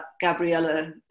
Gabriella